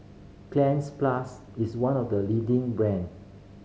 plus is one of the leading brand